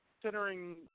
considering